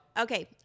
Okay